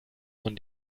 von